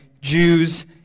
Jews